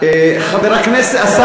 על מה אתה מדבר?